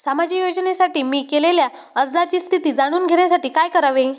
सामाजिक योजनेसाठी मी केलेल्या अर्जाची स्थिती जाणून घेण्यासाठी काय करावे?